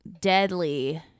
deadly